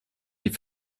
die